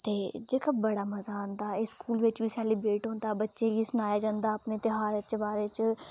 ते जेह्का बड़ा मज़ा औंदा ते एह् स्कूल बिच बी सेलिब्रेट होंदा बच्चें गी सनाया जंदा अपने ध्यारें दे बारे च